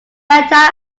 entire